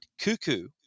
cuckoo